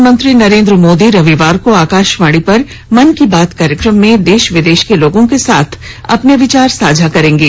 प्रधानमंत्री नरेन्द्र मोदी रविवार को आकाशवाणी पर मन की बात कार्यक्रम में देश विदेश के लोगों के साथ अपने विचार साझा करेंगे